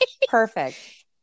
Perfect